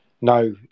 No